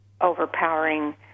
overpowering